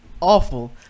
awful